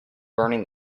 burning